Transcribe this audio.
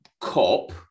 cop